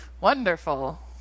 wonderful